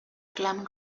glam